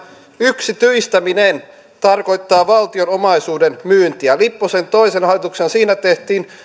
yksityistäminen tarkoittaa valtion omaisuuden myyntiä lipposen toisessa hallituksessa siinä tehtiin